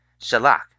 Shalak